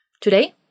Today